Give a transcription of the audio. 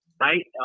right